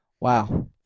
Wow